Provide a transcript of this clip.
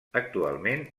actualment